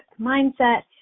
mindset